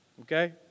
Okay